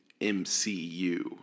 MCU